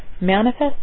Manifest